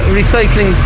recycling